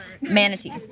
Manatee